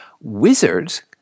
Wizards